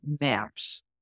maps